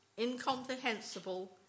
incomprehensible